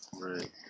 right